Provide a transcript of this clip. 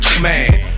man